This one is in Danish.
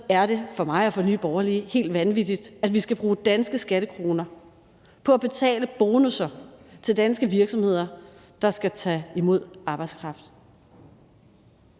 er det for mig og Nye Borgerlige helt vanvittigt, at vi skal bruge danske skattekroner på at betale bonusser til danske virksomheder, der skal tage imod arbejdskraft.